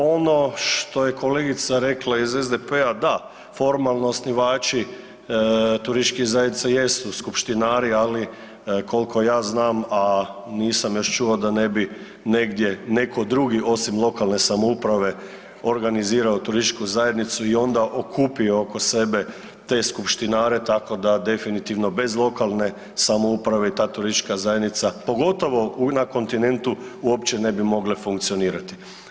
Ono što je kolegica rekla iz SDP-a, da formalno osnivači turističkih zajednica jesu skupštinari, ali kolko ja znam, a nisam još čuo da ne bi negdje neko drugi osim lokalne samouprave organizirao turističku zajednicu i onda okupio oko sebe te skupštinare, tako da definitivno bez lokalne samouprave ta turistička zajednica, pogotovo na kontinentu, uopće ne bi mogle funkcionirati.